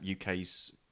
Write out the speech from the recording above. UK's